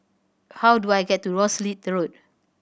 how do I get to Rosyth Road